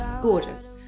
Gorgeous